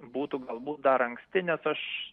būtų galbūt dar anksti nes aš